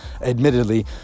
admittedly